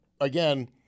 again